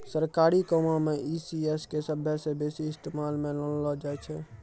सरकारी कामो मे ई.सी.एस के सभ्भे से बेसी इस्तेमालो मे लानलो जाय छै